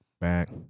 back